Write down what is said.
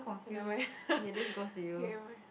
okay never mind K never mind